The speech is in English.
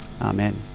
Amen